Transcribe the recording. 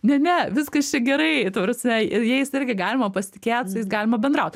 ne ne viskas čia gerai ta prasme ir jais irgi galima pasitikėt su jais galima bendraut